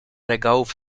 regałów